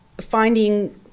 finding